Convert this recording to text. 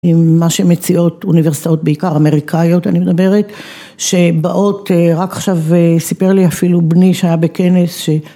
עם מה שמציעות אוניברסיטאות בעיקר אמריקאיות אני מדברת, שבאות, רק עכשיו סיפר לי אפילו בני שהיה בכנס.